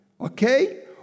Okay